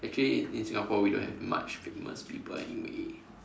actually in in Singapore we don't have much famous people anyway